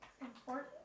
Important